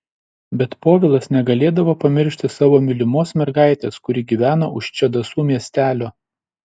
bet povilas negalėdavo pamiršti savo mylimos mergaitės kuri gyveno už čedasų miestelio